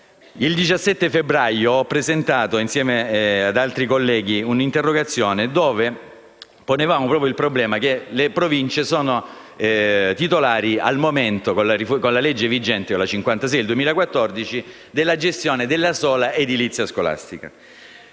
Il 17 febbraio ho presentato, insieme ad altri colleghi, un'interrogazione in cui ponevamo il problema che le Province sono titolari al momento, con la legge vigente, la n. 56 del 2014, della gestione della sola edilizia scolastica.